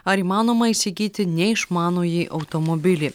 ar įmanoma įsigyti neišmanųjį automobilį